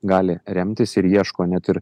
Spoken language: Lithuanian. gali remtis ir ieško net ir